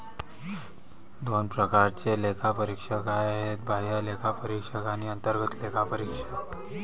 दोन प्रकारचे लेखापरीक्षक आहेत, बाह्य लेखापरीक्षक आणि अंतर्गत लेखापरीक्षक